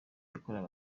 yakorewe